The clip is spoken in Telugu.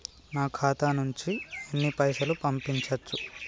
నా ఖాతా నుంచి ఎన్ని పైసలు పంపించచ్చు?